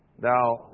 Now